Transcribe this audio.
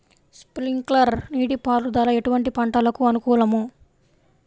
Sprinkler నీటిపారుదల ఎటువంటి పంటలకు అనుకూలము?